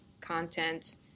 content